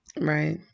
right